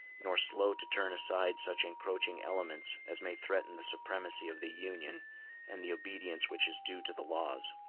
nor slow to turn aside such encroaching elements as may threaten the supremacy of the union and the obedience which is due to the laws.